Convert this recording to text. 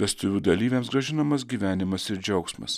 vestuvių dalyviams grąžinamas gyvenimas ir džiaugsmas